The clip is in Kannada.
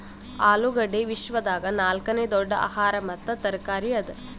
ಆಲೂಗಡ್ಡಿ ವಿಶ್ವದಾಗ್ ನಾಲ್ಕನೇ ದೊಡ್ಡ ಆಹಾರ ಮತ್ತ ತರಕಾರಿ ಅದಾ